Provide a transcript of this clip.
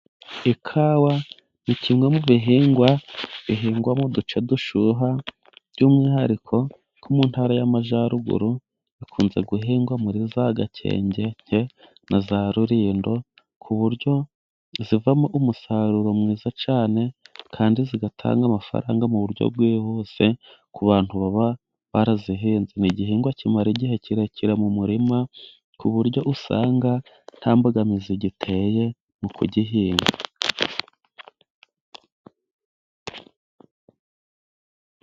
Ikawa ni kimwe mu bihingwa bihingwa mu duce dushyuha. By'umwihariko nko mu ntara y'Amajyaruguru hakunze guhingwa muri za Gakenke na za Rulindo ku buryo zivamo umusaruro mwiza cyane, kandi zigatanga amafaranga mu buryo bwihuse ku bantu baba barazihinze. Ni igihingwa kimara igihe kirekire mu murima, ku buryo usanga nta mbogamizi giteye mu kugihinga.